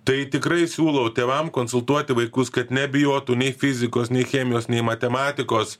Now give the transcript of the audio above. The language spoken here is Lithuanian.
tai tikrai siūlau tėvam konsultuoti vaikus kad nebijotų nei fizikos nei chemijos nei matematikos